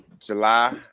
july